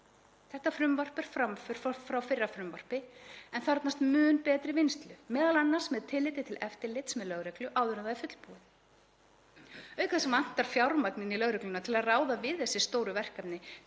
þetta frumvarp framför frá fyrra frumvarpi en þarfnast mun betri vinnslu, m.a. með tilliti til eftirlits með lögreglu, áður en það er fullbúið. Auk þess vantar fjármagn inn í lögregluna til að ráða við þessi stóru verkefni,